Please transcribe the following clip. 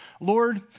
Lord